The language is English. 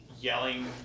yelling